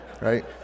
Right